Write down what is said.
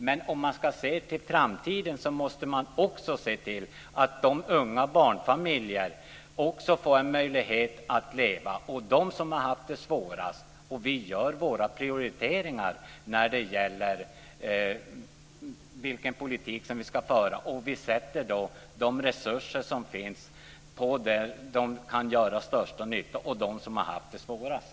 Men om vi ska se till framtiden måste vi också se till att de unga barnfamiljerna får en möjlighet att leva. Vi gör våra prioriteringar om vilken politik vi ska föra. Vi sätter de resurser som finns där de kan göra största nytta och för dem som har haft det svårast.